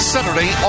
Saturday